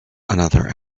another